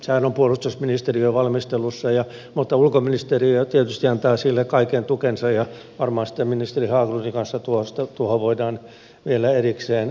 sehän on puolustusministeriön valmistelussa mutta ulkoministeriö tietysti antaa sille kaiken tukensa ja varmaan ministeri haglundin kanssa tuohon voidaan sitten vielä erikseen palata